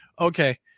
Okay